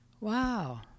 wow